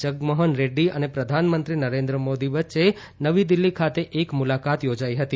જગમોહન રેડૃ અને પ્રધાનમંત્રી નરેન્દ્ર મોદી વચ્ચે નવી દિલ્હી ખાતે એક મુલાકાત યોજાઈ હતી